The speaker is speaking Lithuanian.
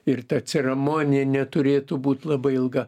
ir ta ceremonija neturėtų būt labai ilga